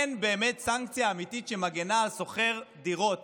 אין סנקציה אמיתית שמגינה על שוכר דירות